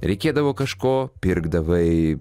reikėdavo kažko pirkdavai